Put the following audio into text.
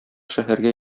шәһәргә